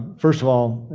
first of all,